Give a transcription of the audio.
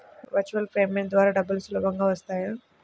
Virtual payment ద్వారా డబ్బులు సులభంగా వస్తాయా?